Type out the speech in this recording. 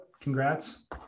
Congrats